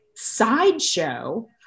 sideshow